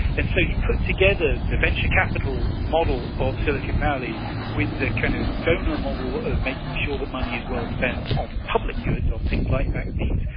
and so he put together the venture capital model of silicon valley with the kind of donor model of making sure that money is well spent on public goods, on things like vaccines,